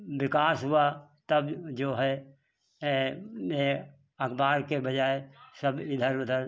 विकास हुआ तब जो है अखबार के बजाय सब इधर उधर